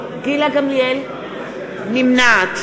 גמליאל, נמנעת